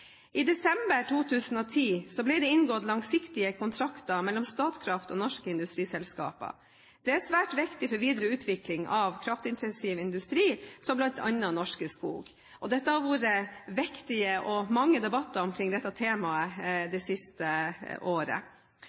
I desember 2010 ble det inngått langsiktige kontrakter mellom Statkraft og norske industriselskaper. Det er svært viktig for videre utvikling av kraftintensiv industri, som bl.a. Norske Skog. Dette har vært viktig, og det har vært mange debatter omkring dette temaet det siste året.